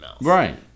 Right